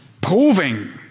proving